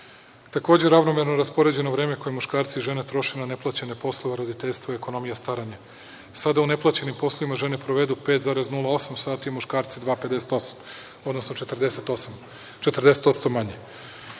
telima. Takođe ravnomerno raspoređeno vreme koje muškarci i žene troše na neplaćene poslove – roditeljstvo, ekonomija, staranje. Sada u neplaćenim poslovima žene provedu 5,08 sati, a muškarci 2,58, odnosno 40% manje.